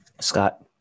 Scott